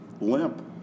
Limp